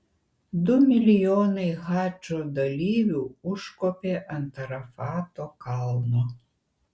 du milijonai hadžo dalyvių užkopė ant arafato kalno